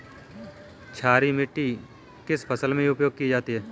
क्षारीय मिट्टी किस फसल में प्रयोग की जाती है?